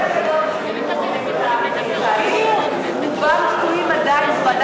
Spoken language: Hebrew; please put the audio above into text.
לא בכל התקנות סיימו את תהליך החקיקה.